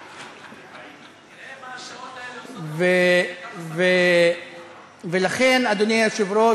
תראה מה השעות האלה עושות, ולכן, אדוני היושב-ראש,